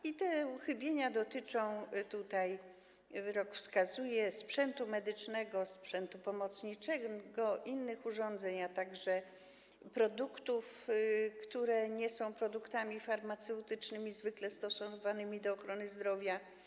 I te uchybienia dotyczą, jak wyrok wskazuje, sprzętu medycznego, sprzętu pomocniczego, innych urządzeń, a także produktów, które nie są produktami farmaceutycznymi zwykle stosowanymi do ochrony zdrowia.